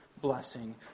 blessing